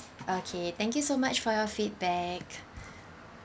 okay thank you so much for your feedback